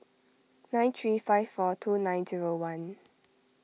nine three five four two nine zero one